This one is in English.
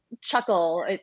chuckle